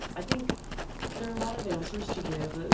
i think there are a lot of answers to give. ah